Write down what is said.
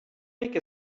make